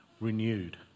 renewed